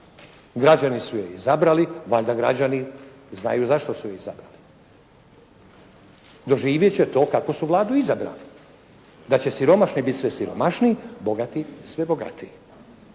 Građani su je izabrali, valjda građani znaju zašto su je izabrali. Doživjet će to kakvu su Vladu izabrali, da će siromašni biti sve siromašniji, bogati sve bogatiji.